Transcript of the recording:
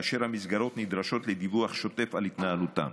והמסגרות נדרשות לדיווח שוטף על התנהלותן.